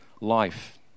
life